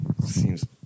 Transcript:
seems